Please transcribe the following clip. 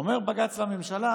אומר בג"ץ לממשלה: